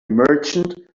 merchant